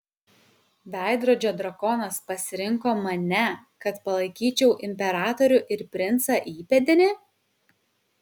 veidrodžio drakonas pasirinko mane kad palaikyčiau imperatorių ir princą įpėdinį